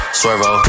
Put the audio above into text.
swervo